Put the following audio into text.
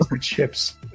Chips